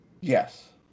yes